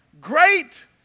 great